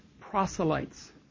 proselytes